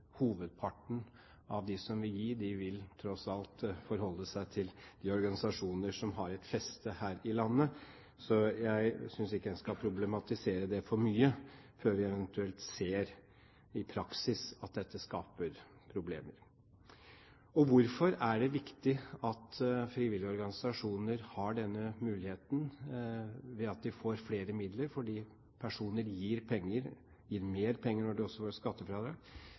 hovedparten av dem som vil gi, tross alt vil forholde seg til organisasjoner som har et feste her i landet. Så jeg synes ikke en skal problematisere det for mye før vi eventuelt ser i praksis at dette skaper problemer. Hvorfor er det viktig at frivillige organisasjoner har denne muligheten ved at de får flere midler fordi personer gir penger, og gir mer penger når de får skattefradrag? Det